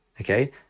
okay